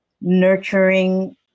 nurturing